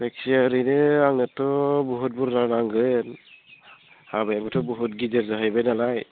जायखिजाया ओरैनो आंनोथ' बहुद बुरजा नांगोन हाबायाबोथ' बहुद गिदिर जाहैबाय नालाय